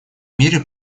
мире